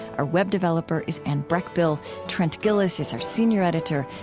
our web developer is anne breckbill trent gilliss is our senior editor.